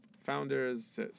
founders